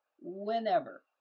whenever